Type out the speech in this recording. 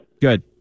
Good